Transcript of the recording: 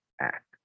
act